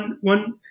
one –